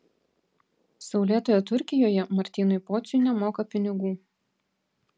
saulėtoje turkijoje martynui pociui nemoka pinigų